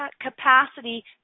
capacity